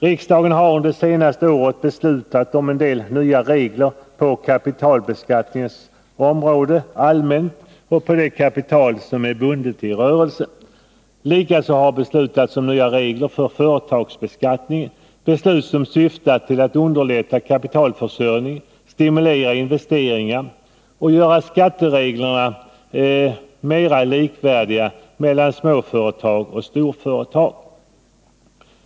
Riksdagen har under de senaste åren beslutat om nya regler på kapitalbeskattningens område allmänt och för det kapital som är bundet i rörelsen. Likaså har det beslutats om nya regler för företagsbeskattningen. Det gäller beslut som bl.a. syftar till att underlätta kapitalförsörjningen, stimulera investeringar och göra skattereglerna för småföretag och storföretag mer likvärdiga.